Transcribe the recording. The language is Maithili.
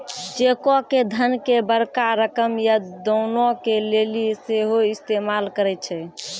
चेको के धन के बड़का रकम या दानो के लेली सेहो इस्तेमाल करै छै